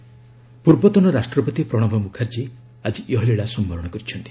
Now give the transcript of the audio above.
ପ୍ରଣବ ମୁଖାର୍ଜୀ ପୂର୍ବତନ ରାଷ୍ଟ୍ରପତି ପ୍ରଣବ ମୁଖାର୍ଚ୍ଚୀ ଆଜି ଇହଲୀଳା ସମ୍ଭରଣ କରିଛନ୍ତି